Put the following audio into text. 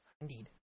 Indeed